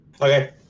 Okay